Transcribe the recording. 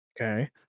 Okay